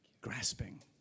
Grasping